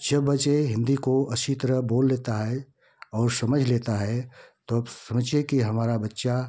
सब बच्चे हिन्दी को अच्छी तरह बोल लेता है और समझ लेता है तब समझिए कि हमारा बच्चा